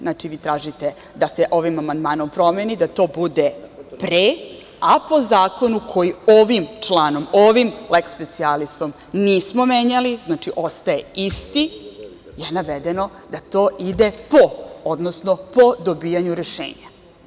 Znači, vi tražite da se ovim amandmanom promeni, da to bude pre, a po zakonu koji ovim članom, ovim leks specijalisom nismo menjali, znači ostaje isti, je navedeno da to ide po dobijanju rešenja.